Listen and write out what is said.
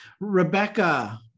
Rebecca